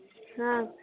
ହଁ